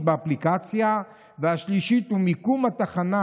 באפליקציה והשלישית היא מיקום התחנה"